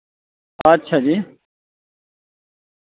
अच्छा जी